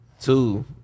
Two